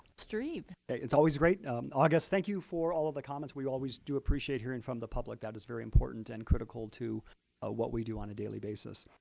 it's always great august. thank you for all of the comments. we always do appreciate hearing from the public. that is very important and critical to what we do on a daily basis.